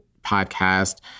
podcast